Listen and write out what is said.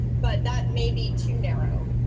but that may be too narrow.